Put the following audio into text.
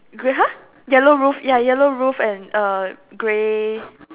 grey !huh! yellow roof ya yellow roof and uh grey